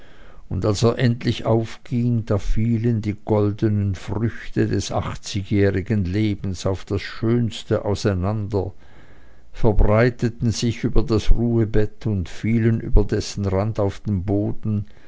und als er endlich aufging da fielen die goldenen früchte des achtzigjährigen lebens auf das schönste auseinander verbreiteten sich über das ruhbett und fielen über dessen rand auf den boden